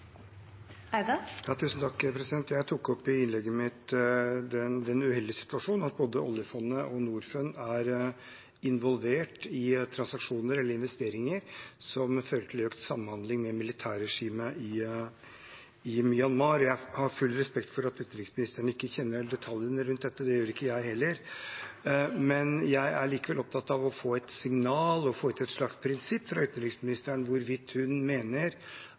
Jeg tok i innlegget mitt opp den uheldige situasjon at både oljefondet og Norfund er involvert i transaksjoner eller investeringer som fører til økt samhandling med militærregimet i Myanmar. Jeg har full respekt for at utenriksministeren ikke kjenner detaljene rundt dette – det gjør ikke jeg heller – men jeg er likevel opptatt av å få et signal og et slags prinsipp fra utenriksministeren hvorvidt hun mener